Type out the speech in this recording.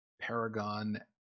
Paragon